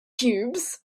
cubes